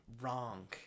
wrong